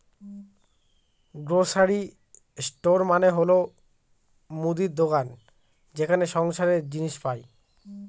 grocery store মানে হল মুদির দোকান যেখানে সংসারের জিনিস পাই